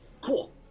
Cool